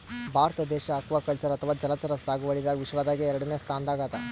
ಭಾರತ ದೇಶ್ ಅಕ್ವಾಕಲ್ಚರ್ ಅಥವಾ ಜಲಚರ ಸಾಗುವಳಿದಾಗ್ ವಿಶ್ವದಾಗೆ ಎರಡನೇ ಸ್ತಾನ್ದಾಗ್ ಅದಾ